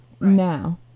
now